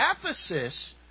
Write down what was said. Ephesus